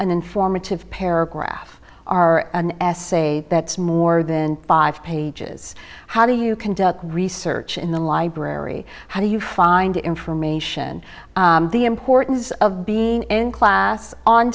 an informative paragraph are an essay that's more than five pages how do you conduct research in the library how do you find information the importance of being and class on